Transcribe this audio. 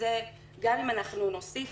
שזה גם אם אנחנו נוסיף